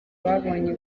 babonye